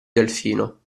delfino